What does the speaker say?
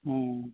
ᱦᱮᱸ